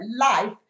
life